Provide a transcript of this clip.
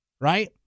right